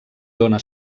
dóna